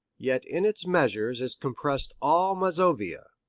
yet in its measures is compressed all mazovia.